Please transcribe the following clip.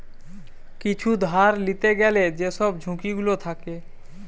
কিছু ধার লিতে গ্যালে যেসব ঝুঁকি গুলো থাকে